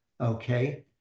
okay